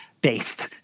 based